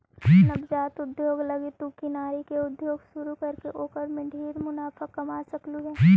नवजात उद्योग लागी तु किनारी के उद्योग शुरू करके ओकर में ढेर मुनाफा कमा सकलहुं हे